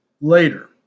later